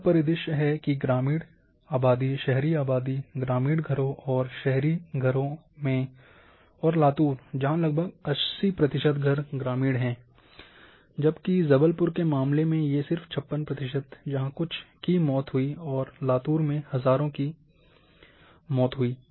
यह परिदृश्य है कि ग्रामीण आबादी शहरी आबादी ग्रामीण घरों और शहरी घरों में और लातूर जहां लगभग 80 प्रतिशत घर ग्रामीण हैं जबकि जबलपुर के मामले में ये सिर्फ 56 प्रतिशत जहाँ कुछ की मृत्यु हुई और लातूर मेन हजारों की मृत्यु हुई